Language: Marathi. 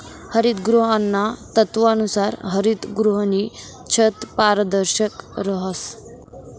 हरितगृहाना तत्वानुसार हरितगृहनी छत पारदर्शक रहास